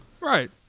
Right